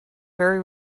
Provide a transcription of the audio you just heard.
very